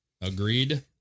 Agreed